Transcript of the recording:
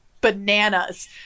bananas